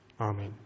Amen